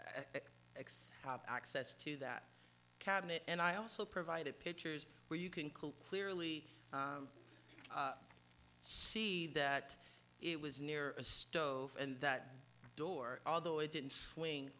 x access to that cabinet and i also provided pictures where you can cool clearly see that it was near a stove and that door although it didn't swing